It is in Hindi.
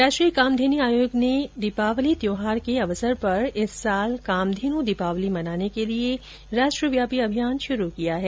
राष्ट्रीय कामधेनु आयोग ने दीपावली त्योहार के अवसर पर इस साल कामधेनु दीपावली मनाने के लिए राष्ट्रव्यापी अभियान शुरू किया है